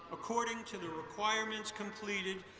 according to the requirements completed,